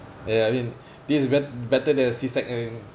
ya ya I mean this is bet~ better than uh C-sec uh